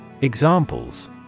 Examples